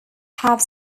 have